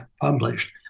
published